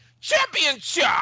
Championship